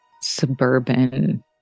suburban